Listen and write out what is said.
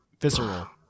visceral